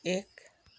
एक